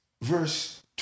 verse